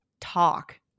talk